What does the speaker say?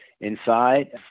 inside